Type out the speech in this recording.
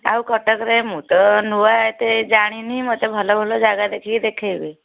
ଆଉ କଟକରେ ମୁଁ ତ ନୂଆ ଏତେ ଜାଣିନି ମୋତେ ଭଲ ଭଲ ଜାଗା ଦେଖିକି ଦେଖେଇବେ